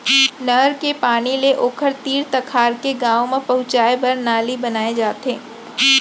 नहर के पानी ले ओखर तीर तखार के गाँव म पहुंचाए बर नाली बनाए जाथे